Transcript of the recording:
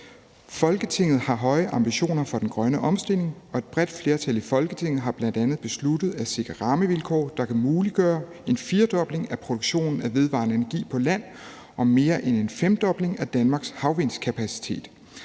»Folketinget har høje ambitioner for den grønne omstilling, og et bredt flertal i Folketinget har bl.a. besluttet at sikre rammevilkår, der kan muliggøre en firedobling af produktionen af vedvarende energi på land og mere end en femdobling af Danmarks havvindskapacitet.